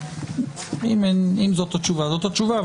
לבדוק אם זאת התשובה, אז זאת תשובה.